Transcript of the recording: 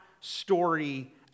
story